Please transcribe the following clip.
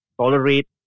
Tolerate